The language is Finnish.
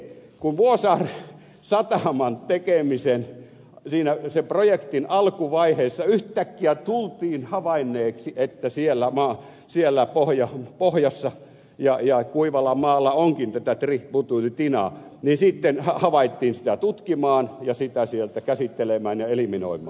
kun vuosaaren sataman tekemisen sen projektin alkuvaiheessa yhtäkkiä tultiin havainneeksi että siellä pohjassa ja kuivalla maalla onkin tätä tributyylitinaa niin sitten havahduttiin sitä tutkimaan ja sitä sieltä käsittelemään ja eliminoimaan